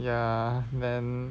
ya then